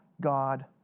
God